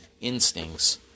instincts